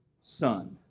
son